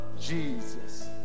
Jesus